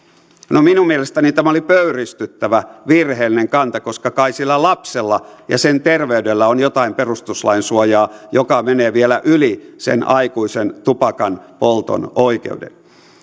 no minun mielestäni tämä oli pöyristyttävä virheellinen kanta koska kai sillä lapsella ja sen terveydellä on jotain perustuslain suojaa joka menee vielä yli sen aikuisen tupakanpolton oikeuden